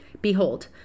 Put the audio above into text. Behold